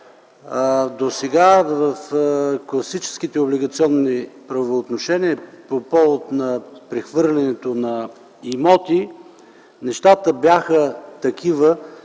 Досега в класическите облигационни правоотношения по повод на прехвърлянето на имоти нещата бяха такива,